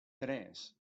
tres